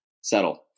settle